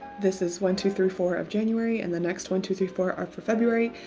this is one two three four of january and the next one two three four are for february.